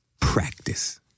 practice